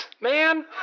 man